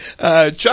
chuck